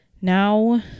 now